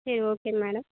சரி okay madam